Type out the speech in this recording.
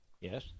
yes